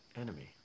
enemy